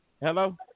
Hello